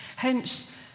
Hence